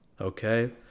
okay